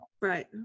right